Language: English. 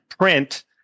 print